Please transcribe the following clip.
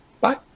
Bye